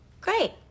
Great